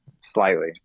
Slightly